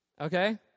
Okay